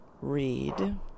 read